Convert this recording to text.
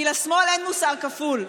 כי לשמאל אין מוסר כפול,